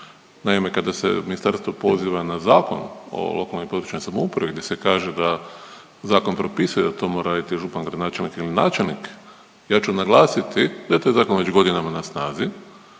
Naime kada se ministarstvo poziva na Zakon o lokalnoj i područnoj samoupravi gdje se kaže da zakon propisuje da to mora raditi župan, gradonačelnik ili načelnik, ja ću naglasiti da je taj zakon već godinama na snazi